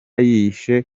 yishe